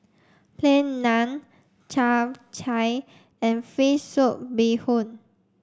Plain Naan Chap Chai and fish soup Bee Hoon